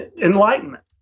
enlightenment